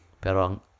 Pero